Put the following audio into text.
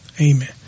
amen